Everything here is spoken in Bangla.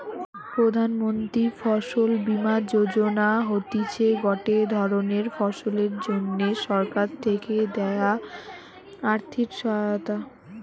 প্রধান মন্ত্রী ফসল বীমা যোজনা হতিছে গটে ধরণের ফসলের জন্যে সরকার থেকে দেয়া আর্থিক সহায়তা